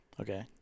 Okay